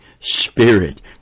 Spirit